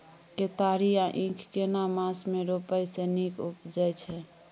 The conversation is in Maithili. केतारी या ईख केना मास में रोपय से नीक उपजय छै?